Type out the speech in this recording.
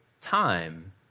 time